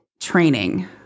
training